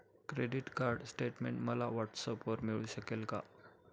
Credit card statement मला व्हॉट्सऍपवर मिळू शकेल का?